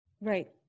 right